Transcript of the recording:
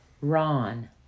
Ron